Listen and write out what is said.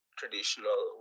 traditional